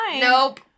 nope